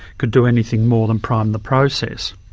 could do anything more than prime the process.